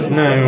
no